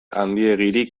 handiegirik